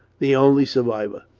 the only survivor.